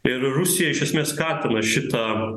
ir rusija iš esmės skatina šitą